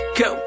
go